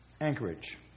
Anchorage